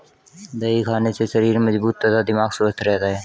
दही खाने से शरीर मजबूत तथा दिमाग स्वस्थ रहता है